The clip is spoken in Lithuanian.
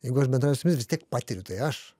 jeigu aš bendrauju vis tiek patiriu tai aš